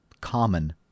common